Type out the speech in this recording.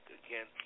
again